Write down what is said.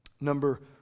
Number